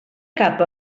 cap